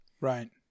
Right